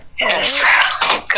Yes